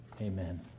Amen